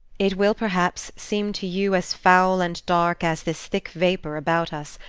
it will, perhaps, seem to you as foul and dark as this thick vapor about us,